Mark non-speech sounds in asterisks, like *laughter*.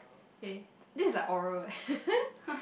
kay this is like oral leh *laughs*